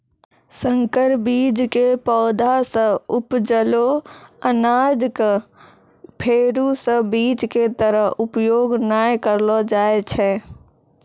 संकर बीज के पौधा सॅ उपजलो अनाज कॅ फेरू स बीज के तरह उपयोग नाय करलो जाय छै